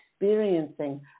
experiencing